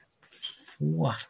four